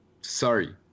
Sorry